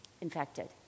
infected